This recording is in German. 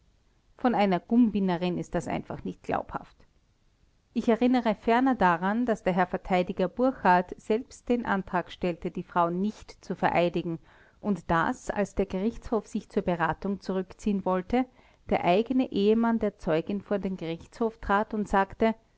von einer gumbinnerin ist das einfach nicht glaubhaft ich erinnere ferner daran daß der herr verteidiger burchard selbst den antrag stellte die frau nicht zu vereidigen und daß als der gerichtshof sich zur beratung zurückziehen wollte der eigene ehemann der zeugin von den gerichtshof trat und sagte